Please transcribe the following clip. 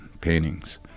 paintings